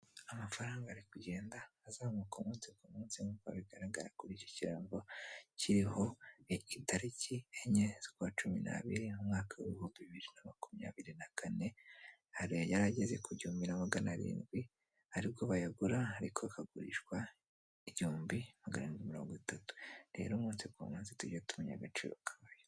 Amafaranga ari kugenda azamuka umunsi ku munsi nk'uko bigaragara kuri iki kirango kiriho itariki enye z'ukwa cumi na biri umwaka w'ibihumbi bibiri na makumyabiri na kane hari ayari ageze ku gihumbi na magana arindwi ariko bayagura ariko akagurishwa igihumbi magana arindwi mirongo itatu, rero buri munsi tujye tumenya agaciro k'ayo.